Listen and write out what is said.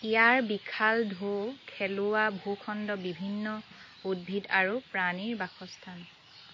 ইয়াৰ বিশাল ঢৌ খেলোৱা ভূখণ্ড বিভিন্ন উদ্ভিদ আৰু প্ৰাণীৰ বাসস্থান